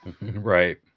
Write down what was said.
Right